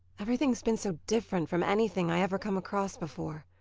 everything's been so different from anything i ever come across before.